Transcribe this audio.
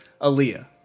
Aaliyah